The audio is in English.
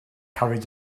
carried